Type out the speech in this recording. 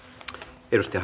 arvoisa